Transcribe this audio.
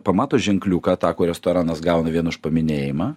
pamato ženkliuką ta kur restoranas gauna vien už paminėjimą